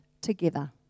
together